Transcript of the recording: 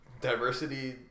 diversity